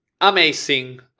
amazing